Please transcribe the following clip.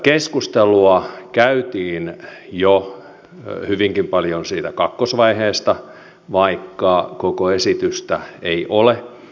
keskustelua käytiin jo hyvinkin paljon siitä kakkosvaiheesta vaikka koko esitystä ei ole